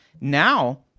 now